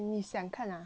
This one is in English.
一个